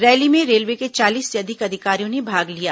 rally में railway के चालीस से अधिक अधिकारियों ने भाग लिया